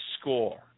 score